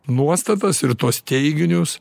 nuostatas ir tuos teiginius